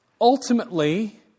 ultimately